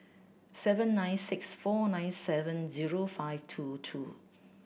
seven nine six four nine seven zero five two two